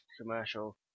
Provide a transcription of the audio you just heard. commercial